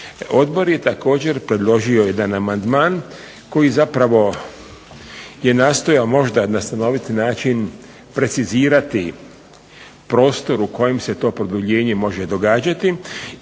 Odbor je također predložio jedan amandman koji zapravo je nastojao možda na stanoviti način precizirati prostor u kojem se to produljenje može događati